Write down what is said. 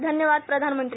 धन्यवाद प्रधानमंत्री